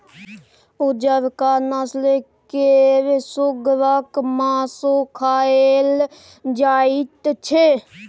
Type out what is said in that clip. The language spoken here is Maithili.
उजरका नस्ल केर सुगरक मासु खाएल जाइत छै